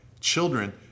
Children